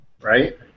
Right